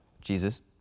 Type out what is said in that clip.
Jesus